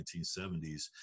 1970s